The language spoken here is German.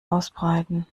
ausbreiten